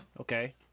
Okay